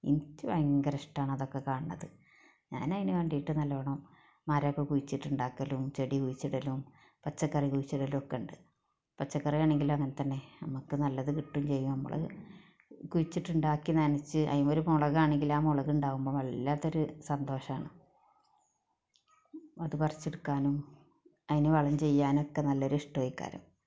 എനിക്ക് ഭയങ്കര ഇഷ്ടമാണ് അതൊക്കെ കാണുന്നത് ഞാൻ അതിന് വേണ്ടിയിട്ട് നല്ലോണം മരമൊക്കെ കുഴിച്ചിട്ട് ഉണ്ടാക്കലും ചെടി കുഴിച്ചിടലും പച്ചക്കറി കുഴിച്ചിടലും ഒക്കെ ഉണ്ട് പച്ചക്കറിയാണെങ്കിലും അങ്ങനെ തന്നെ നമുക്ക് നല്ലത് കിട്ടും ചെയ്യും നമ്മള് കുഴിച്ചിട്ട് ഉണ്ടാക്കിയാൽ നനച്ച് അതിനെമേൽ ഒര് മുളകാണെങ്കിൽ ആ മുളക് ഉണ്ടാകുമ്പോൾ വല്ലാത്തൊരു സന്തോഷമാണ് അത് പറിച്ചെടുക്കാനും അതിന് വളം ചെയ്യാനുമൊക്കെ നല്ലൊരു ഇഷ്ട്മാണ്